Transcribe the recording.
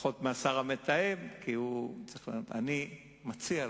פחות מהשר המתאם כי הוא צריך לענות: אני מציע לכם,